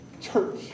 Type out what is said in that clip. church